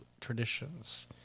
traditions